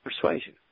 persuasion